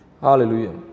Hallelujah